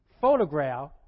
photograph